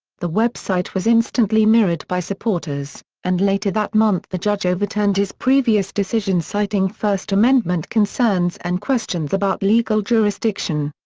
the website was instantly mirrored by supporters, and later that month the judge overturned his previous decision citing first amendment concerns and questions about legal jurisdiction.